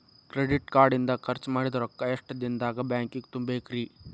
Credit card ಇಂದ್ ಖರ್ಚ್ ಮಾಡಿದ್ ರೊಕ್ಕಾ ಎಷ್ಟ ದಿನದಾಗ್ ಬ್ಯಾಂಕಿಗೆ ತುಂಬೇಕ್ರಿ?